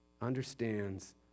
understands